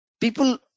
People